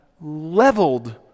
leveled